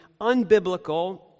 unbiblical